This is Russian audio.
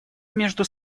между